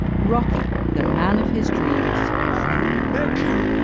rocky the man of his dreams could make you